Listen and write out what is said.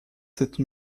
cette